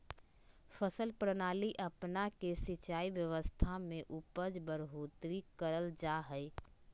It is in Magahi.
फसल प्रणाली अपना के सिंचाई व्यवस्था में उपज बढ़ोतरी करल जा हइ